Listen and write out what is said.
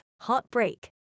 heartbreak